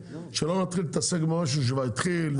שלא נתחיל להתעסק במשהו שכבר התחיל,